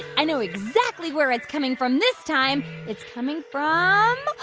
i know exactly where it's coming from this time. it's coming from ah